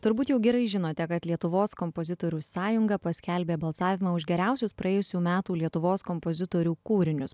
turbūt jau gerai žinote kad lietuvos kompozitorių sąjunga paskelbė balsavimą už geriausius praėjusių metų lietuvos kompozitorių kūrinius